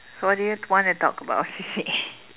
so what do you want to talk about C_C_A